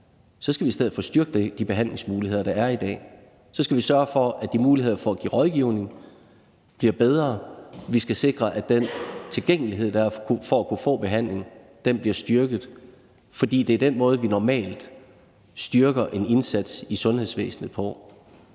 så skal vi i stedet for styrke de behandlingsmuligheder, der er i dag, og så skal vi sørge for, at de muligheder for at give rådgivning bliver bedre, vi skal sikre, at den tilgængelighed, der er for at kunne få behandling, bliver styrket. For det er den måde, vi normalt styrker en indsats i sundhedsvæsenet på,